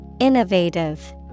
Innovative